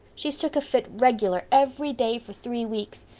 she's took a fit regular every day for three weeks.